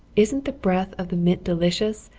isn't the breath of the mint delicious?